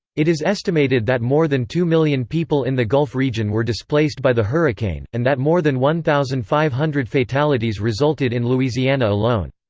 it is estimated that more than two million people in the gulf region were displaced by the hurricane, and that more than one thousand five hundred fatalities resulted in louisiana alone.